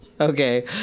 Okay